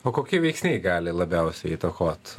o kokie veiksniai gali labiausiai įtakot